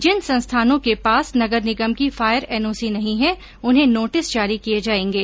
जिन संस्थानों के पास नगर निगम की फायर एनओसी नहीं है उन्हें नोटिस जारी किए जाएंगे